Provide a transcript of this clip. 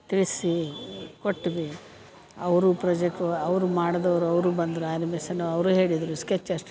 ತಿಳಿಸಿ ಕೊಟ್ವಿ ಅವರು ಪ್ರೊಜೆಕ್ಟು ಅವರು ಮಾಡ್ದೋರು ಅವರು ಬಂದ್ರು ಆ್ಯನಿಮೇಷನ್ ಅವರೂ ಹೇಳಿದರು ಸ್ಕೆಚ್ ಎಷ್ಟು